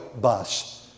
Bus